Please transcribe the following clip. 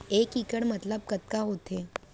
एक इक्कड़ मतलब कतका होथे?